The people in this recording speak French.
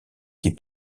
qui